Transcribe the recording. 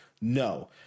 no